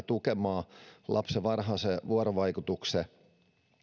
tukemaan lapsen varhaisen vuorovaikutuksen